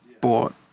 bought